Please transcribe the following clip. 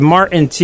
Martin